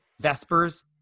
Vespers